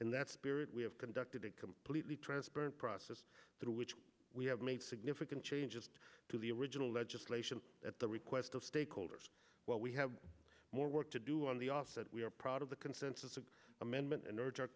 and that spirit we have conducted in completely transparent process through which we have made significant changes to the original legislation at the request of stakeholders well we have more work to do on the offset we are proud of the consensus of the amendment and ur